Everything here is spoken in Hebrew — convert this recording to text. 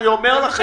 אני אומר לכם.